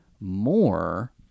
more